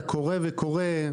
אתה קורא וקורא.